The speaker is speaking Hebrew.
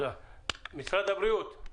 תודה רבה.